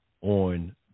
on